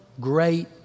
great